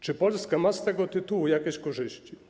Czy Polska ma z tego tytułu jakieś korzyści?